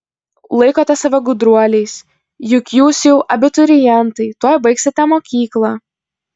laikote save gudruoliais juk jūs jau abiturientai tuoj baigsite mokyklą